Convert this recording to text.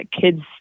kids